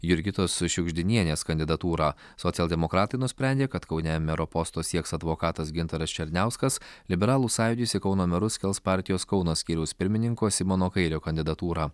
jurgitos šiugždinienės kandidatūrą socialdemokratai nusprendė kad kaune mero posto sieks advokatas gintaras černiauskas liberalų sąjūdis į kauno merus kels partijos kauno skyriaus pirmininko simono kairio kandidatūrą